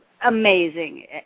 amazing